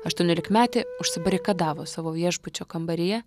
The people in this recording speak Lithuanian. aštuoniolikmetė užsibarikadavo savo viešbučio kambaryje